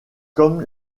comme